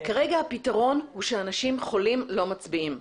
כרגע הפתרון הוא שאנשים חולים לא מצביעים.